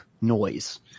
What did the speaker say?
noise